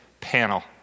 panel